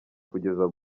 kugeza